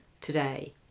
today